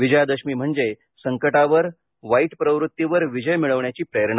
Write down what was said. विजयादशमी म्हणजे संकटावर वाईट प्रवृत्तीवर विजय मिळवण्याची प्रेरणा